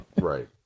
right